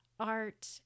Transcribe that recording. art